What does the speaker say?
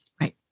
Right